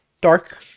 dark